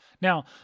Now